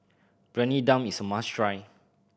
Briyani Dum is a must try